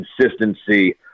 consistency